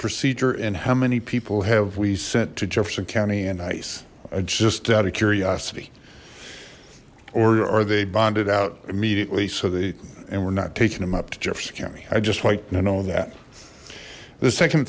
procedure and how many people have we sent to jefferson county and ice i just out of curiosity or are they bonded out immediately so they and we're not taking them up to jefferson county i just like to know that the second